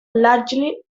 largely